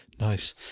Nice